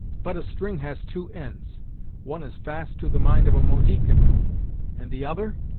but a string has two ends one is fast to the mind of a mohican and the other?